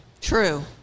True